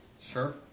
Sure